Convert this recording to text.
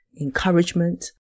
encouragement